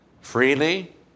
freely